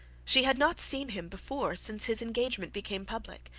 she had not seen him before since his engagement became public,